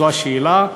זו השאלה.